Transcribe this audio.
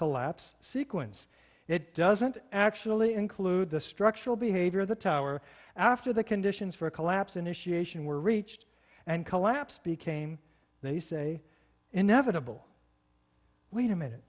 collapse sequence it doesn't actually include the structural behavior of the tower after the conditions for a collapse initiation were reached and collapse became they say inevitable wait a minute